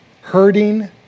hurting